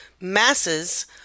masses